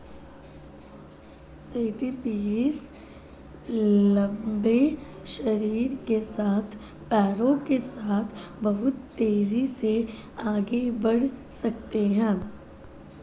centipedes लंबे शरीर के साथ पैरों के साथ बहुत तेज़ी से आगे बढ़ सकते हैं